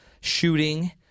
shooting